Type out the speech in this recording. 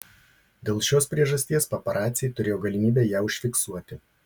dėl šios priežasties paparaciai turėjo galimybę ją užfiksuoti